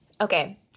Okay